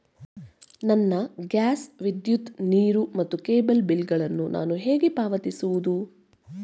ನನ್ನ ಗ್ಯಾಸ್, ವಿದ್ಯುತ್, ನೀರು ಮತ್ತು ಕೇಬಲ್ ಬಿಲ್ ಗಳನ್ನು ನಾನು ಹೇಗೆ ಪಾವತಿಸುವುದು?